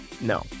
No